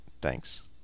Thanks